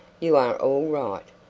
you are all right.